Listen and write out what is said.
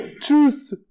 truth